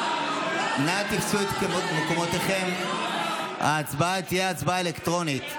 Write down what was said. נא תפסו את מקומותיכם, ההצבעה תהיה אלקטרונית.